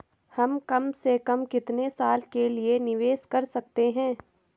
हम कम से कम कितने साल के लिए निवेश कर सकते हैं?